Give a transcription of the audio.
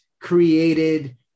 created